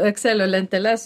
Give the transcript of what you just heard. ekselio lenteles